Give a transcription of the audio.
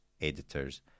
editors